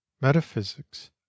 Metaphysics